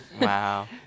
Wow